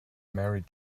married